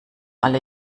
alle